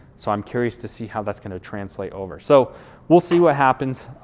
so i'm curious to see how that's gonna translate over. so we'll see what happens,